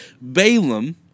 Balaam